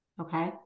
Okay